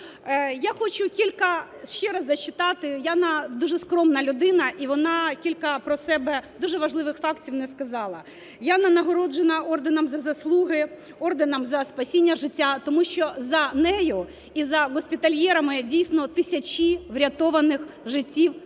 Ще раз зачитати. Яна дуже скромна людина і вона кілька про себе дуже важливих фактів не сказала. Яна нагороджена орденом "За заслуги", орденом "За спасіння життя", тому що за нею і за "Госпітальєрами" дійсно тисячі врятованих життів